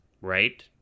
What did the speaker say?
right